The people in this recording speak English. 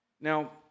Now